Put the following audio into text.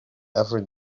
every